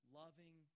loving